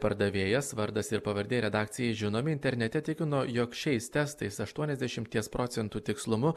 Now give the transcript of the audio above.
pardavėjas vardas ir pavardė redakcijai žinomi internete tikino jog šiais testais aštuoniasdešimties procentų tikslumu